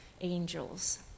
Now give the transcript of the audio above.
angels